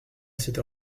cette